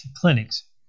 clinics